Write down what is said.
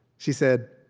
she said,